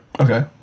Okay